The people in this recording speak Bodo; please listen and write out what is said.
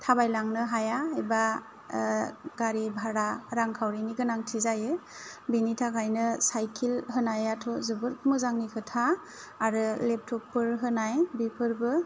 थाबायलांनो हाया एबा गारि भारा रां खावरिनि गोनांथि जायो बेनि थाखायनो साइकिल होनायाथ' जोबोद मोजांनि खोथा आरो लेपटपफोर होनाय बेफोरबो